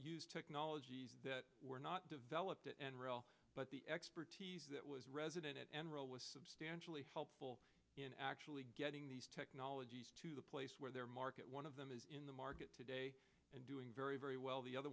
se technologies that were not developed and real but the expertise that was resident at enron was substantially helpful in actually getting these technologies to the place where their market one of them is in the market today and doing very very well the other